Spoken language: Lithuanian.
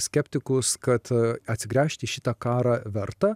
skeptikus kad atsigręžti į šitą karą verta